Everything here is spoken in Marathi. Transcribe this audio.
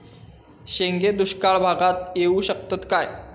शेंगे दुष्काळ भागाक येऊ शकतत काय?